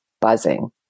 buzzing